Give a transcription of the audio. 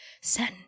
Sen